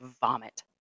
vomit